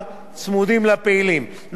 נכון שהם נשארו צמודים לפעילים,